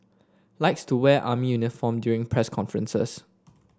likes to wear army uniform during press conferences